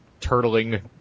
turtling